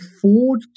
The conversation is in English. afford